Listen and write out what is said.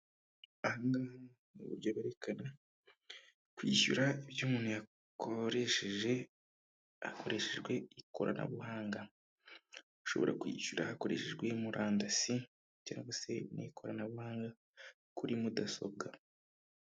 Ahangaha ni uburyo bwerekana kwishyura ibyo umuntu yakoresheje hakoreshejwe ikoranabuhanga. Ushobora kwishyura hakoreshejwe murandasi cyangwa se n'ikoranabuhanga kuri mudasobwa.